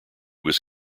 was